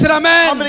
amen